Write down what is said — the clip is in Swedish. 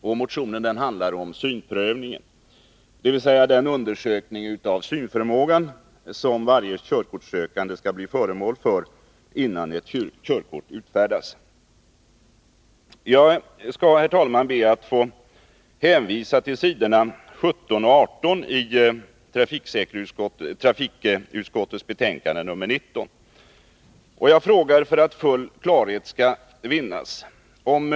Den motionen handlar om synprövningen, dvs. den undersökning av synförmågan som varje körkortssökande skall bli föremål för innan ett körkort utfärdas. Jag ber, herr talman, att få hänvisa till s. 17 och 18 i trafikutskottets betänkande nr 19. Jag ställer mina frågor för att full klarhet skall vinnas i detta ärende.